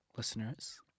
Listeners